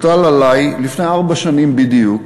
לפני ארבע שנים בדיוק,